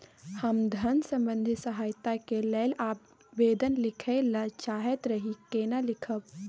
हम धन संबंधी सहायता के लैल आवेदन लिखय ल चाहैत रही केना लिखब?